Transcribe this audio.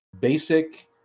basic